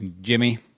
Jimmy